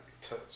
touch